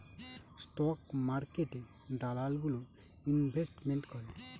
stock মার্কেটে দালাল গুলো ইনভেস্টমেন্ট করে